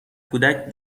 کودک